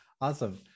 Awesome